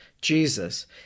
Jesus